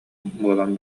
буолан